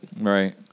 Right